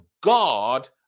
God